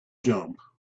jump